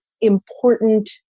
important